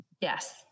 yes